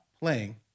playing